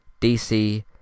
DC